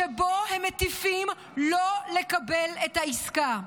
שבה הם מטיפים לא לקבל את העסקה,